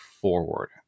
forward